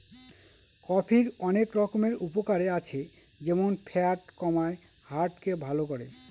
কফির অনেক রকমের উপকারে আছে যেমন ফ্যাট কমায়, হার্ট কে ভালো করে